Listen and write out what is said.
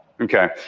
Okay